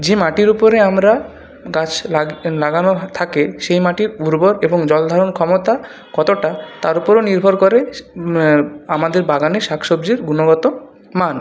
যে মাটির উপরে আমরা গাছ লাগানোর থাকে সেই মাটির উর্বর এবং জলধারণ ক্ষমতা কতটা তার উপরও নির্ভর করে আমাদের বাগানে শাকসবজির গুণগত মান